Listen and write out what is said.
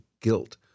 guilt